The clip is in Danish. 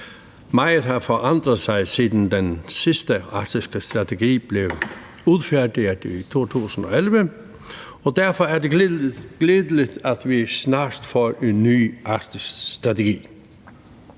Meget har forandret sig, siden den sidste arktiske strategi blev udfærdiget i 2011, og derfor er det glædeligt, at vi snart får en ny arktisstrategi